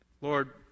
Lord